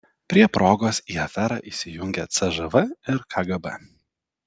prie progos į aferą įsijungia cžv ir kgb